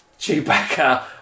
Chewbacca